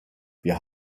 wir